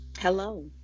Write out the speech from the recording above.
Hello